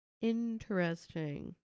interesting